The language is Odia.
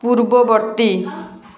ପୂର୍ବବର୍ତ୍ତୀ